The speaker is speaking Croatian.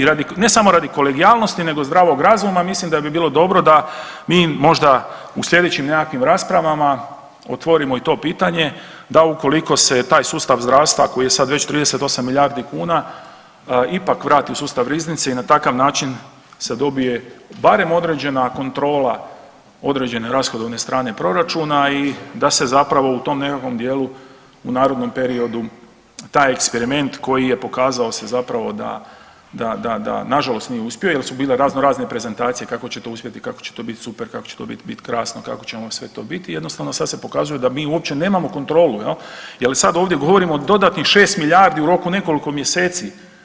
I radi, ne samo radi kolegijalnosti nego i zdravog razuma mislim da bi bilo dobro da mi možda u slijedećim nekakvim raspravama otvorimo i to pitanje da ukoliko se taj sustav zdravstva koji je sad već 38 milijardi kuna ipak vrati u sustav riznice i na takav način se dobije barem određena kontrola određene rashodovne strane proračuna i da se zapravo u tom nekakvom dijelu u narednom periodu taj eksperiment koji je pokazao se zapravo da, da, da, da nažalost nije uspio jel su bile razno razne prezentacije kako će to uspjeti, kako će to bit super, kako će to bit krasno, kako će sve to biti, jednostavno sad se pokazuje da mi uopće nemamo kontrolu jel, jel sad ovdje govorimo o dodatnih 6 milijardi u roku nekoliko mjeseci.